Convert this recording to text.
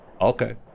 Okay